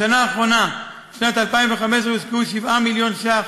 בשנה האחרונה, שנת 2015, הושקעו 7 מיליון ש"ח